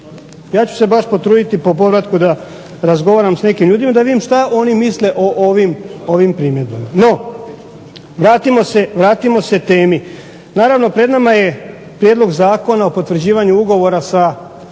Ja ću se baš potruditi po povratku da razgovaram s nekim ljudima da vidim šta oni misle o ovim primjedbama. No vratimo se temi. Naravno pred nama je prijedlog Zakona o potvrđivanju ugovora sa